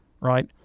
right